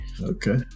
Okay